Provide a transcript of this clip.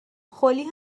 خلی